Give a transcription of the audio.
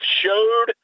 showed